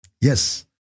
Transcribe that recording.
Yes